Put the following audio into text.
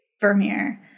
Vermeer